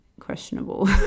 questionable